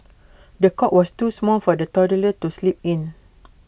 the cot was too small for the toddler to sleep in